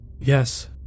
Yes